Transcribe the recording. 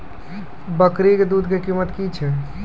बकरी के दूध के कीमत की छै?